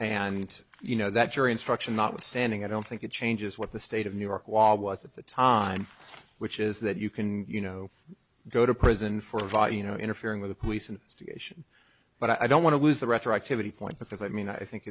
and you know that jury instruction notwithstanding i don't think it changes what the state of new york was at the time which is that you can you know go to prison for vi you know interfering with a police investigation but i don't want to lose the retroactivity point because i mean i think